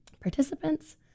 participants